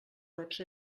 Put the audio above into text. webs